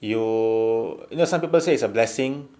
you you know some people say it's a blessing